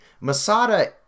Masada